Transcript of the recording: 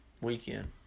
weekend